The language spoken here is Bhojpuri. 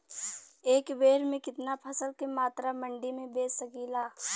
एक बेर में कितना फसल के मात्रा मंडी में बेच सकीला?